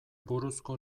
buruzko